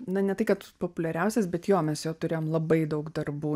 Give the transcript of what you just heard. na ne tai kad populiariausias jo mes jo turėjom labai daug darbų